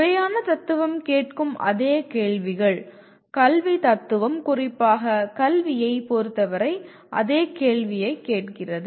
முறையான தத்துவம் கேட்கும் அதே கேள்விகள் கல்வி தத்துவம் குறிப்பாக கல்வியைப் பொறுத்தவரை அதே கேள்வியைக் கேட்கிறது